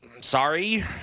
sorry